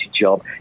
job